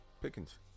Pickens